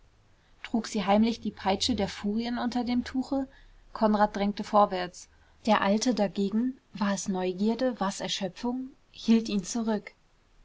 trug sie heimlich die peitsche der furien unter dem tuche konrad drängte vorwärts der alte dagegen war es neugierde war's erschöpfung hielt ihn zurück